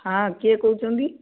ହଁ କିଏ କହୁଛନ୍ତି